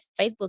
Facebook